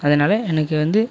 அதனால் எனக்கு வந்து